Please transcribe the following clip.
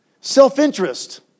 Self-interest